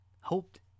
hoped